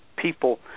People